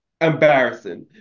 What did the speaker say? embarrassing